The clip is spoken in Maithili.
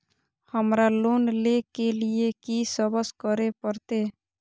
हमरा लोन ले के लिए की सब करे परते?